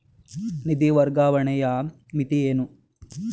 ನಿಧಿ ವರ್ಗಾವಣೆಯ ಮಿತಿ ಏನು?